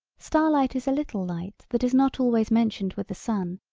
star-light is a little light that is not always mentioned with the sun,